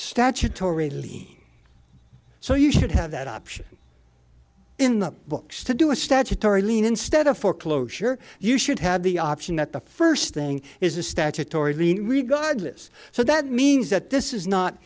statutory lien so you should have that option in the books to do a statutory lien instead of foreclosure you should have the option that the first thing is the statutory read godless so that means that this is not